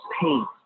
pain